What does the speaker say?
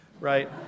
right